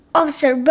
Officer